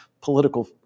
political